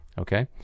okay